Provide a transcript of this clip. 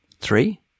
three